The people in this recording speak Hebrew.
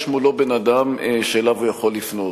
יש מולו אדם שאליו הוא יכול לפנות.